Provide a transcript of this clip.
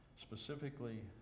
specifically